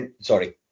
sorry